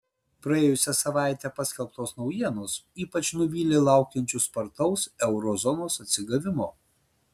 praėjusią savaitę paskelbtos naujienos ypač nuvylė laukiančius spartaus euro zonos atsigavimo